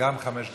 גם חמש דקות.